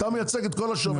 אתה מייצג את כל השמאים,